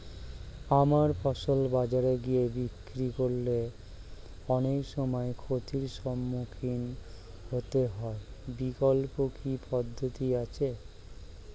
আমার ফসল বাজারে গিয়ে বিক্রি করলে অনেক সময় ক্ষতির সম্মুখীন হতে হয় বিকল্প কি পদ্ধতি আছে?